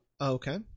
Okay